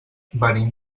venim